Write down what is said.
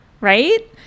right